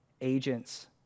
agents